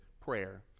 prayer